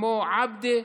כמו עַבְּדִה,